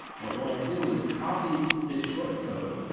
what you want to do is copy this short code,